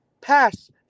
pass